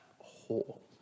Whole